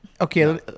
okay